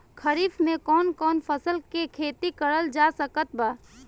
खरीफ मे कौन कौन फसल के खेती करल जा सकत बा?